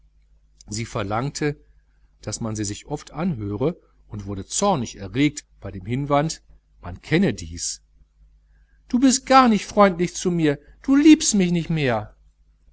sie verlangte daß man sie sich oft anhöre und wurde zornig erregt bei dem hinwand man kenne dies du bist gar nicht freundlich zu mir du liebst mich nicht mehr